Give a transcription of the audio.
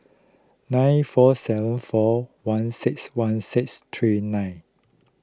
nine four seven four one six one six three nine